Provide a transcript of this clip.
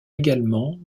également